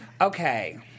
Okay